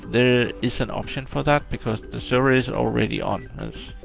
there is an option for that, because the server is already on.